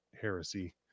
heresy